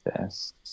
yes